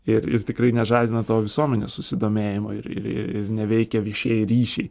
ir ir tikrai nežadina to visuomenės susidomėjimo ir ir ir neveikia viešieji ryšiai